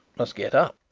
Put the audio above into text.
must get up.